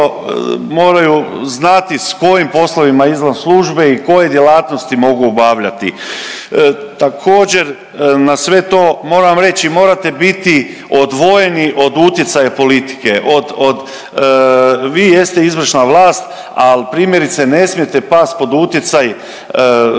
moraju znati s kojim poslovima izvan službe i koje djelatnosti mogu obavljati. Također na sve to moram reći morate biti odvojeni od utjecaja politike, od, od, vi jeste izvršna vlast, al' primjerice, ne smijete pasti pod utjecaj isključivo